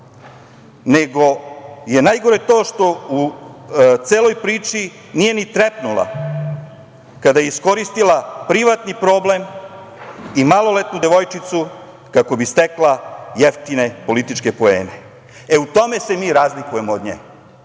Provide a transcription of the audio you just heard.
nego je najgore to što u celoj priči nije ni trepnula kada je iskoristila privatni problem i maloletnu devojčicu kako bi stekla jeftine političke poene.E, u tome se mi razlikujemo od nje.